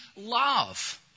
love